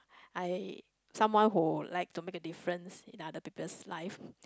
I someone who like to make a difference in other people's life